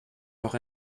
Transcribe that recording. noch